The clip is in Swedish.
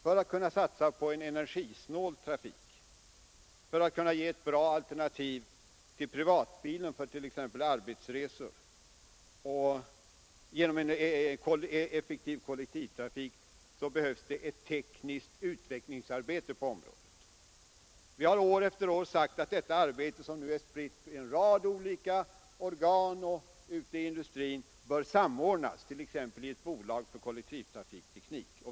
För att kunna satsa på en energisnål trafik och kunna ge ett bra alternativ till privatbilen för t.ex. arbetsresor genom en effektiv kollektiv trafik behövs det ett tekniskt utvecklingsarbete på området. Vi har år efter år sagt att detta arbete, som nu är spritt på en rad olika organ och ute i industrin, bör samordnas, t.ex. i ett bolag för kollektiv trafikteknik.